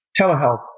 telehealth